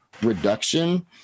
reduction